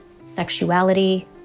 sexuality